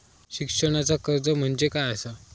शिक्षणाचा कर्ज म्हणजे काय असा?